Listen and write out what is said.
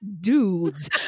dudes